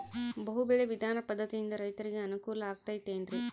ಬಹು ಬೆಳೆ ವಿಧಾನ ಪದ್ಧತಿಯಿಂದ ರೈತರಿಗೆ ಅನುಕೂಲ ಆಗತೈತೇನ್ರಿ?